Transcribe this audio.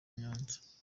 nyanza